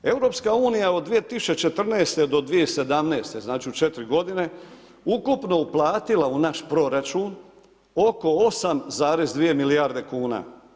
EU od 2014. do 2017. znači u 4 godine je ukupno uplatila u naš proračun oko 8,2 milijarde kuna.